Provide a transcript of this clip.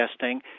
testing